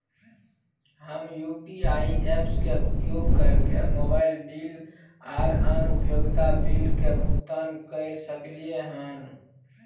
हम UPI apps के उपयोग कैरके मोबाइल बिल आर अन्य उपयोगिता बिल के भुगतान कैर सकलिये हन